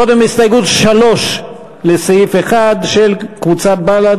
קודם, הסתייגות מס' 3 לסעיף 1 של קבוצת בל"ד.